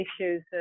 issues